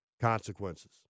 consequences